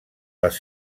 les